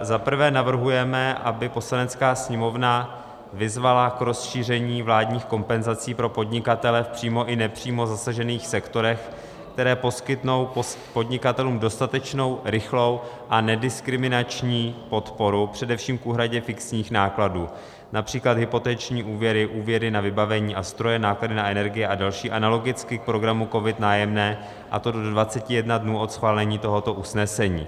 Za prvé navrhujeme, aby Poslanecká sněmovna vyzvala k rozšíření vládních kompenzací pro podnikatele v přímo i nepřímo zasažených sektorech, které poskytnou podnikatelům dostatečnou, rychlou a nediskriminační podporu, především k úhradě fixních nákladů, například hypoteční úvěry, úvěry na vybavení a stroje, náklady na energie a další analogicky k programu COVID Nájemné, a to do 21 dnů od schválení tohoto usnesení.